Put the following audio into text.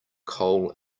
coal